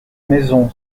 maison